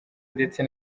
ndetse